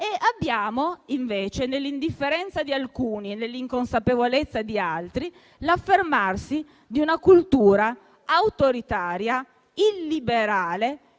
e invece, nell'indifferenza di alcuni e nell'inconsapevolezza di altri, abbiamo l'affermarsi di una cultura autoritaria, illiberale,